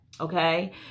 okay